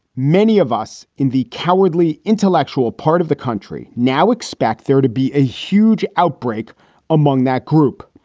many of us in the cowardly intellectual part of the country now expect there to be a huge outbreak among that group.